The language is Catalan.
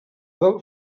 del